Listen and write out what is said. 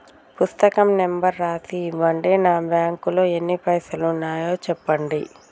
పుస్తకం నెంబరు రాసి ఇవ్వండి? నా బ్యాంకు లో ఎన్ని పైసలు ఉన్నాయో చెప్పండి?